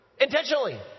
intentionally